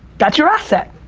that's your asset.